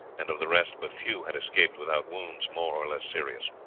and of the rest but few had escaped without wounds more or less serious.